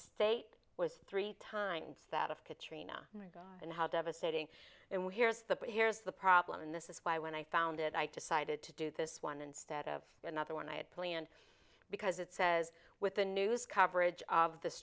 state was three times that of katrina and how devastating and here's the here's the problem and this is why when i found it i decided to do this one instead of another one i had planned because it says with the news coverage of th